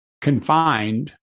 confined